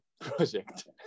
project